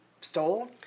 stole